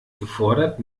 gefordert